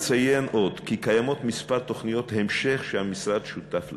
אציין עוד כי יש כמה תוכניות המשך שהמשרד שותף להן.